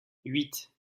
huit